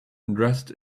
dressed